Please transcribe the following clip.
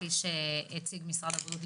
כפי שהציג משרד הבריאות,